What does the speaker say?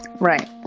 Right